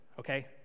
Okay